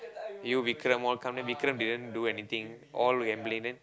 you Vikram all come then Vikram never do anything all gambling and then